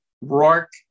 Rourke